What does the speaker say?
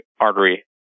artery